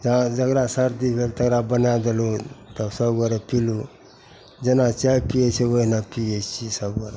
तऽ जकरा सरदी भेल तकरा बनै देलहुँ तऽ सभगोरा पिलहुँ जेना चाइ पिए छै ओहिना पिए छिए सभगोरा